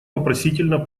вопросительно